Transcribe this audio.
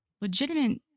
legitimate